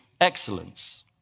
excellence